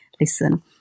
Listen